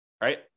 right